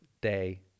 Day